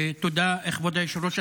תודה, כבוד היושב-ראש.